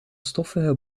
stoffige